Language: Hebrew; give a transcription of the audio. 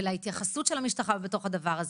ולהתייחסות של המשטרה בתוך הדבר הזה.